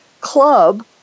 club